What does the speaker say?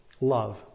Love